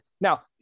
now